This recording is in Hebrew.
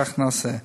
כך נעשה.